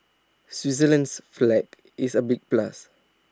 Switzerland's flag is A big plus